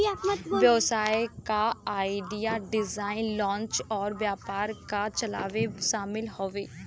व्यवसाय क idea, design, launch अउर व्यवसाय क चलावे शामिल हउवे